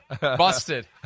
Busted